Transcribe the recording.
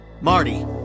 Marty